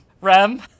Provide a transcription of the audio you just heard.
Rem